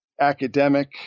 academic